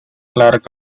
clerk